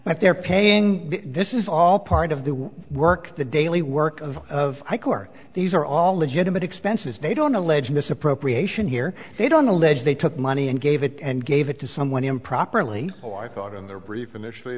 that they're paying this is all part of the work the daily work of of high court these are all legitimate expenses they don't allege misappropriation here they don't allege they took money and gave it and gave it to someone improperly or i thought in their brief initially